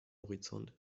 horizont